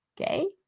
Okay